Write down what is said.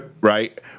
right